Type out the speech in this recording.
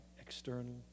external